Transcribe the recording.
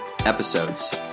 episodes